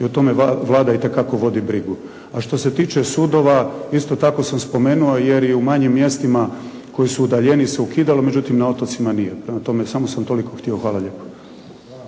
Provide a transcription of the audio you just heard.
i o tome Vlada itekako vodi brigu. A što se tiče sudova isto tako sam spomenuo jer u manjim mjestima koji su udaljeniji se ukidalo. Međutim, na otocima nije. Prema tome, samo sam toliko htio. Hvala lijepo.